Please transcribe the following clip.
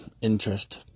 Interest